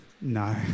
No